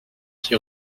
qui